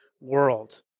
world